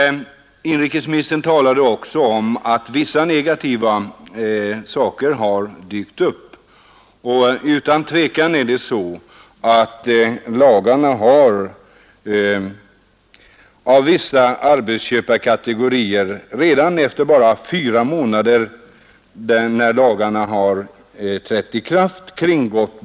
Inrikesministern talade också om att vissa negativa saker dykt upp. och utan tvekan har lagbestämmelserna kringgatts av vissa arbetsköparkategorier redan fyra månader efter det att de trätt i kraft.